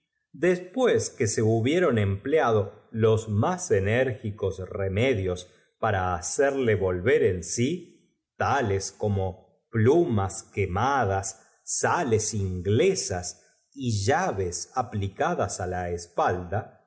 pués que se hubieron empleaito los más enérgicos remedios para hacerle volver en si tales como plumas quemadas sales in glesas y llaves aplicadas á la espalda